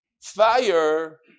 fire